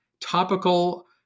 topical